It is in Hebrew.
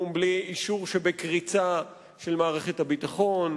בלי אישור שבקריצה של מערכת הביטחון,